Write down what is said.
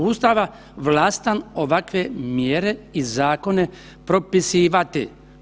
Ustava vlastan ovakve mjere i zakone propisivati.